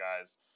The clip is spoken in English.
guys